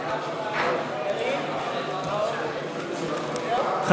ליישום התוכנית הכלכלית לשנים 2009 ו-2010) (תיקון מס' 12),